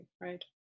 right